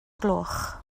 gloch